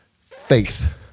faith